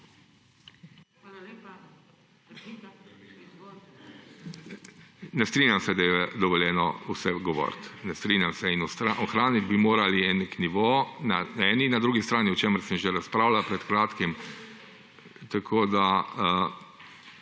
(PS SD):** Ne strinjam se, da je dovoljeno vse govoriti. Ne strinjam se. Ohraniti bi morali nek nivo na eni in na drugi strani, o čemer sem že razpravljal pred kratkim. Ja, je